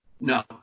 No